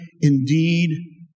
indeed